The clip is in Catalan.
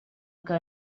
que